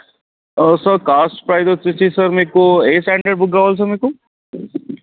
sir cost price వచ్చేసి sir మీకు ఏ స్టాండర్డ్ బుక్ కావాలి సార్ మీకు